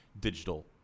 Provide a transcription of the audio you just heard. digital